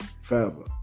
Forever